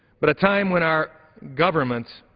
but a time when our government